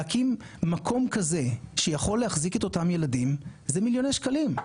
להקים מקום כזה שיכול להחזיק את אותם הילדים זה מיליוני שקלים.